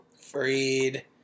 Freed